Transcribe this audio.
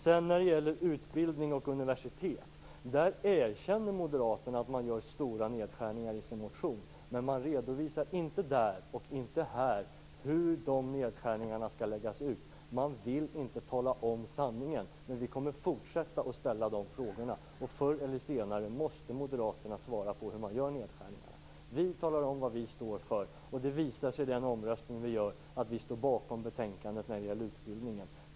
När det sedan gäller utbildning och universitet erkänner moderaterna i sin motion att man gör stora nedskärningar. Men man redovisar inte där och inte här hur de nedskärningarna skall läggas ut. Man vill inte tala om sanningen. Men vi kommer att fortsätta att ställa de frågorna. Förr eller senare måste moderaterna svara på hur man gör nedskärningarna. Vi talar om vad vi står för. Det kommer att visa sig i den omröstning vi gör att vi står bakom betänkandet när det gäller utbildningen.